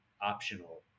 Optional